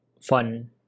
fun